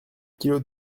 kilos